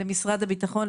למשרד הביטחון,